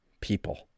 people